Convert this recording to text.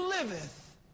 liveth